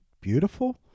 Beautiful